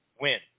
win